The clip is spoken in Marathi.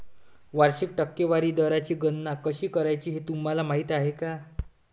वार्षिक टक्केवारी दराची गणना कशी करायची हे तुम्हाला माहिती आहे का?